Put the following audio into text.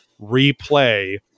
replay